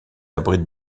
abrite